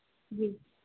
जी